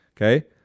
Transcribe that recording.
Okay